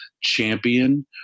champion